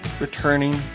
returning